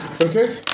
Okay